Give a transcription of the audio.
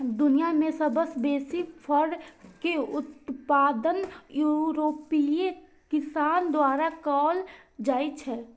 दुनिया मे सबसं बेसी फर के उत्पादन यूरोपीय किसान द्वारा कैल जाइ छै